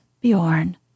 Bjorn